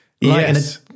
Yes